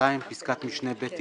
(2)פסקת משנה (ב)